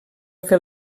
fer